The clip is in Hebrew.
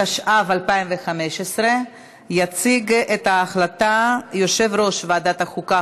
התשע"ו 2015. יציג את ההחלטה יושב-ראש ועדת החוקה,